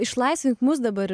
išlaisvink mus dabar